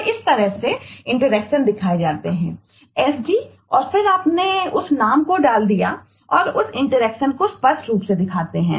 तो इस तरह से इंटरैक्शन हो सकते हैं